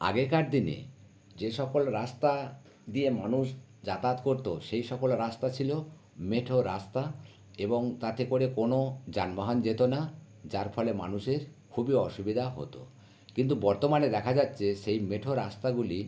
আগেকার দিনে যে সকল রাস্তা দিয়ে মানুষ যাতায়াত করতো সেই সকল রাস্তা ছিল মেঠো রাস্তা এবং তাতে করে কোনও যানবাহন যেত না যার ফলে মানুষের খুবই অসুবিধা হতো কিন্তু বর্তমানে দেখা যাচ্ছে সেই মেঠো রাস্তাগুলি